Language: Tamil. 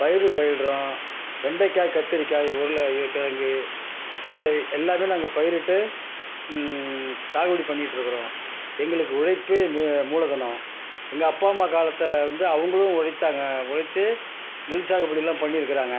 பயறு பயிரிடறோம் வெண்டைக்காய் கத்தரிக்காய் உருளை ஏ கிழங்கு உருளை எல்லாமே நாங்கள் பயிரிட்டு சாகுபடி பண்ணிகிட்ருக்கறோம் எங்களுக்கு உழைப்பே மே மூலதனம் எங்கள் அப்பா அம்மா காலத்தை வந்து அவங்களும் உழைத்தாங்க உழைச்சு நெல் சாகுபடிலாம் பண்ணியிருக்கறாங்க